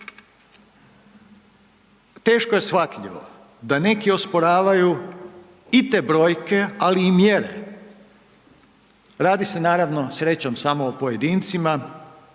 teško je shvatljivo da neki osporavaju i te brojke, ali i mjere. Radi se naravno srećom samo o pojedincima,